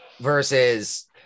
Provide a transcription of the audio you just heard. Versus